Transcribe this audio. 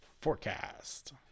forecast